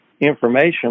information